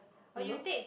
you know